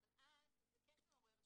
אבל אז זה כן מעורר שאלות,